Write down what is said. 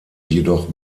jedoch